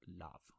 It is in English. love